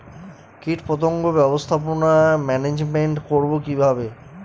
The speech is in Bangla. কীটপতঙ্গ ব্যবস্থাপনা ম্যানেজমেন্ট করব কিভাবে?